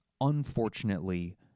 unfortunately